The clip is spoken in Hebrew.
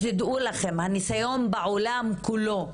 שתדעו לכם, הניסיון בעולם כולו,